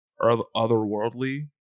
otherworldly